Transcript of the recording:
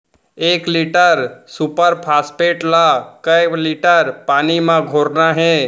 एक litre super phosphate ला कए लीटर पानी मा घोरना हे?